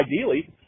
ideally